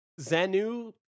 ZANU